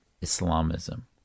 Islamism